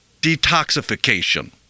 detoxification